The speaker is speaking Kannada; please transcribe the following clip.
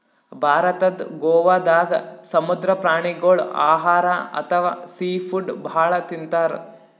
ಭಾರತದ್ ಗೋವಾದಾಗ್ ಸಮುದ್ರ ಪ್ರಾಣಿಗೋಳ್ ಆಹಾರ್ ಅಥವಾ ಸೀ ಫುಡ್ ಭಾಳ್ ತಿಂತಾರ್